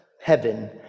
Heaven